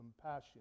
compassion